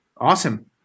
Awesome